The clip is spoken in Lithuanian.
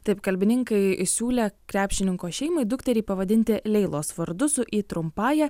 taip kalbininkai siūlė krepšininko šeimai dukterį pavadinti leilos vardu su i trumpąja